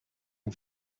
own